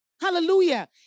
Hallelujah